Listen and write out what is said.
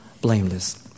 blameless